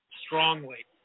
strongly